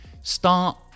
start